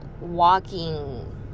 walking